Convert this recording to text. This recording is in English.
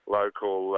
local